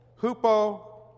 Hupo